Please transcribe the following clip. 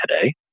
today